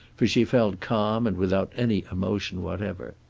for she felt calm and without any emotion whatever.